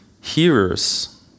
hearers